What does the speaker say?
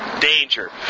danger